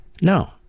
No